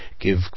Give